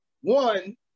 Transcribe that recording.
One